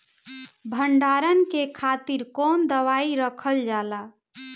भंडारन के खातीर कौन दवाई रखल जाला?